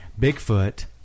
Bigfoot